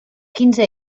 quinze